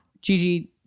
Gigi